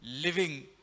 living